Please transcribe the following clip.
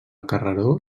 carreró